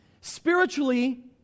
Spiritually